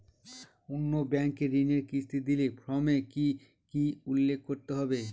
অন্য ব্যাঙ্কে ঋণের কিস্তি দিলে ফর্মে কি কী উল্লেখ করতে হবে?